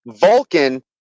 Vulcan